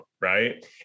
right